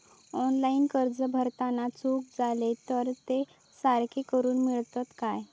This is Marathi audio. ऑनलाइन अर्ज भरताना चुका जाले तर ते सारके करुक मेळतत काय?